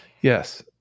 Yes